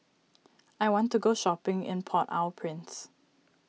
I want to go shopping in Port Au Prince